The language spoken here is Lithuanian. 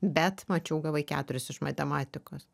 bet mačiau gavai keturis iš matematikos